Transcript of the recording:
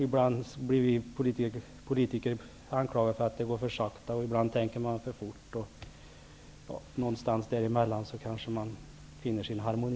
Ibland blir vi politiker anklagade för att det går för sakta, och ibland tänker man för fort. Någonstans däremellan kanske man finner sin harmoni.